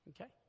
Okay